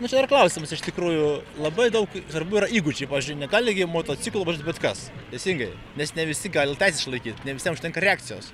nu čia ir klausimas iš tikrųjų labai daug darbų yra įgūdžiai pavyzdžiui negali gi motociklu važiuoti bet kas teisingai nes ne visi gali teises išlaikyt ne visiems užtenka reakcijos